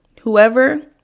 whoever